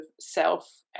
self